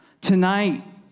Tonight